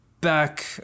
back